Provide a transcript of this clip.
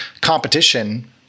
competition